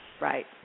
Right